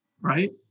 right